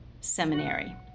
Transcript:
Seminary